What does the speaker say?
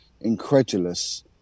incredulous